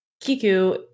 Kiku